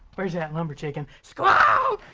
where's that lumber chicken? squaaack!